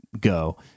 go